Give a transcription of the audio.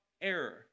error